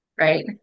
Right